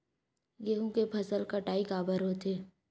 गेहूं के फसल कटाई काबर होथे?